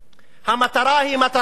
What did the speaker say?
המטרה היא מטרה פסולה,